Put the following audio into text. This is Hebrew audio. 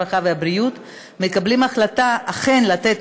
הרווחה והבריאות מקבלים החלטה אכן לתת